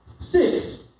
Six